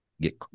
get